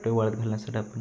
कपडे वाळत घालण्यासाठी आपण